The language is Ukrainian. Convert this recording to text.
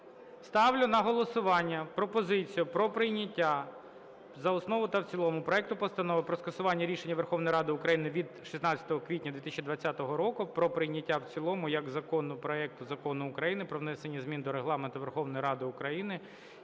Ставлю на голосування пропозицію про прийняття за основу та в цілому проекту Постанови про скасування рішення Верховної Ради України від 16 квітня 2020 року про прийняття в цілому як закону проекту Закону України "Про внесення змін до Регламенту Верховної Ради України